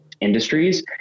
industries